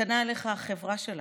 קטנה עליך החברה שלנו,